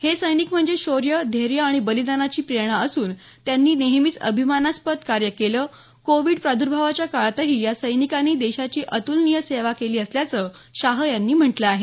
हे सैनिक म्हणजे शौर्य धैर्य आणि बलिदानाची प्रेरणा असून त्यांनी नेहमीच अभिमानास्पद कार्य केलं कोविड प्रार्दभावाच्या काळातही या सैनिकांनी देशाची अत्लनीय सेवा केली असल्याचं शाह यांनी म्हटलं आहे